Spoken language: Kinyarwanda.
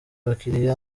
abakiliya